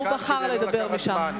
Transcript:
הוא בחר לדבר משם.